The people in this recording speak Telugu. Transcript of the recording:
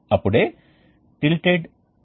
శక్తి సమతుల్యత అనేది ఉష్ణ బదిలీ రేటు అవుతుంది